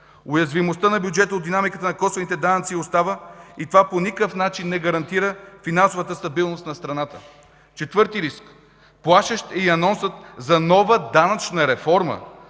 Уязвимостта на бюджета от динамиката на косвените данъци остава и това по никакъв начин не гарантира финансовата стабилност на страната. Четвърти риск: Плашещ е и анонсът за нова данъчна реформа